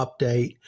update